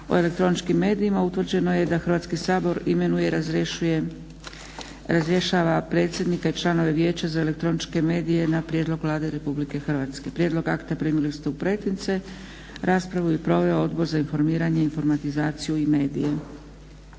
o elektroničkim medijima utvrđeno je da Hrvatski sabor imenuje i razrješava predsjednika i članove Vijeća za elektroničke medije na prijedlog Vlade Republike Hrvatske. Prijedlog akta primili ste u pretince. Raspravu je proveo Odbor za informiranje, informatizaciju i medije.